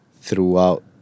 throughout